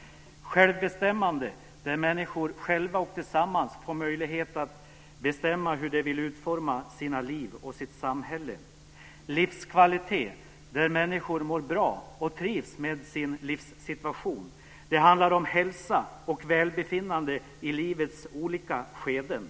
- självbestämmande, där människor själva och tillsammans får möjlighet att bestämma hur de vill utforma sina liv och sitt samhälle, - livskvalitet, där människor mår bra och trivs med sin livssituation. Det handlar om hälsa och välbefinnande i livets olika skeden.